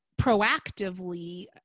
proactively